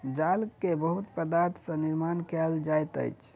जाल के बहुत पदार्थ सॅ निर्माण कयल जाइत अछि